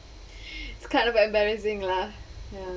it's kind of embarrassing lah ya